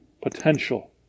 potential